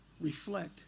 reflect